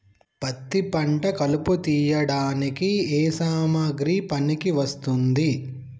పత్తి పంట కలుపు తీయడానికి ఏ సామాగ్రి పనికి వస్తుంది?